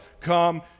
come